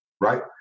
Right